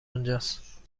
اونجاست